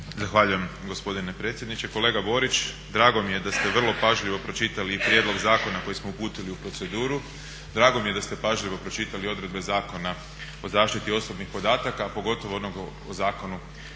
Zahvaljujem gospodine predsjedniče. Kolega Borić, drago mi je da ste vrlo pažljivo pročitali i prijedlog zakona koji smo uputili u proceduru, drago mi je da ste pažljivo pročitali odredbe Zakona o zaštiti osobnih podataka, a pogotovo onog o Zakonu